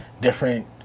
different